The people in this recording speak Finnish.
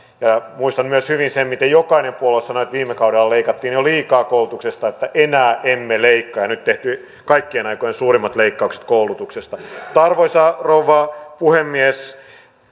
muistan hyvin myös sen miten jokainen puolue sanoi että viime kaudella leikattiin jo liikaa koulutuksesta että enää emme leikkaa ja nyt on tehty kaikkien aikojen suurimmat leikkaukset koulutuksesta arvoisa rouva puhemies